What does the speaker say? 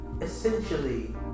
Essentially